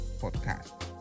podcast